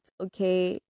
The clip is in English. okay